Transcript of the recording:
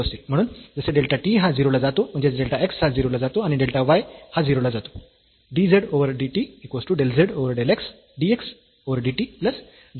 म्हणून जसे delta t हा 0 ला जातो म्हणजेच डेल्टा x हा 0 ला जातो आणि डेल्टा y हा 0 ला जातो